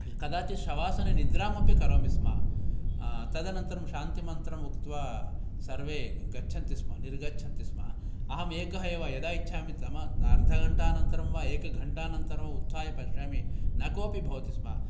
कदाचित् शवासने निद्राम् अपि करोमि स्म तदनन्तरं शान्ति मन्त्रम् उक्त्वा सर्वे गच्छन्ति स्म निर्गच्छन्ति स्म अहम् एकः एव यदा इच्छामि तम अर्धघण्टा अनन्तरं वा एकघण्टा अनन्तरम् उत्थाय पश्यामि न कोपि भवति स्म